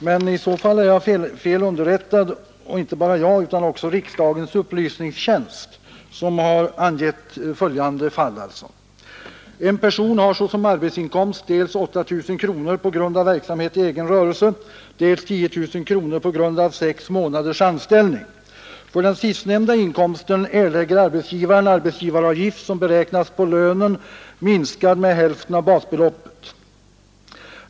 Men i så fall är jag felunderrättad och inte bara jag utan också riksdagens upplysningstjänst som har nämnt följande fall: ”En person har såsom arbetsinkomst dels 8 000 kronor på grund av verksamhet i en egen rörelse, dels 10000 kronor på grund av sex månaders anställning. För den sistnämnda inkomsten erlägger arbetsgiva ren arbetsgivaravgift som beräknas på lönen minskad med hälften av basbeloppet, ———.